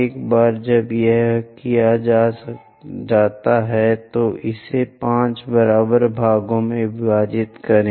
एक बार जब यह किया जाता है तो इसे 5 बराबर भागों में विभाजित करें